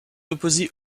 opposés